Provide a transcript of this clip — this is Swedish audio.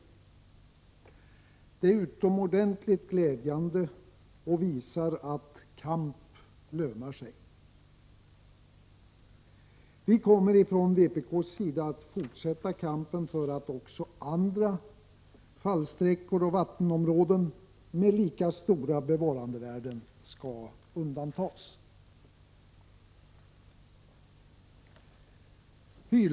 Det är utomordentligt glädjande och visar att kamp lönar sig. Vi kommer från vpk:s sida att fortsätta kampen för att också andra fallsträckor och vattenområden med lika stora bevarandevärden skall undantas från utbyggnad.